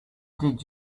did